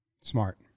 Smart